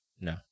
No